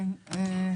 תודה רבה.